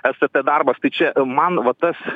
stt darbas tai čia man va tas